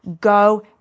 go